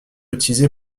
utilisé